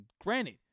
Granted